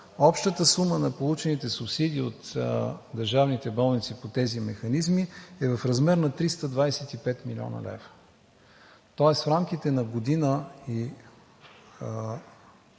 Общата сума на получените субсидии от държавните болници по тези механизми е в размер на 325 млн. лв. Тоест в рамките на година и